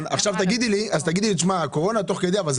עכשיו תגידי לי שהקורונה זה תוך כדי אבל זה